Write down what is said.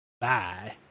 Bye